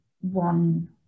one